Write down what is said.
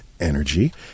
energy